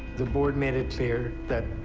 the board made it clear that